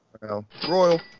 Royal